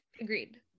agreed